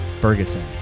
Ferguson